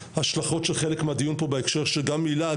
ההשלכות של חלק מהדיון פה בהקשר של גם הילה,